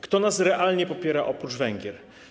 Kto nas realnie popiera oprócz Węgier?